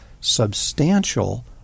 substantial